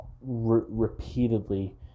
repeatedly